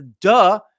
duh